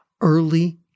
early